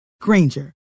Granger